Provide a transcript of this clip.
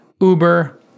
Uber